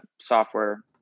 software